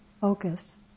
focus